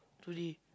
today